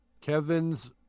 Kevin's